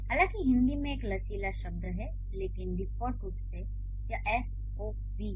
हालाँकि हिंदी में एक लचीला शब्द क्रम है लेकिन डिफ़ॉल्ट रूप से यह S O V है